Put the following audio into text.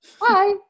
Bye